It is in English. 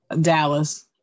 Dallas